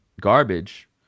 garbage